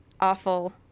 awful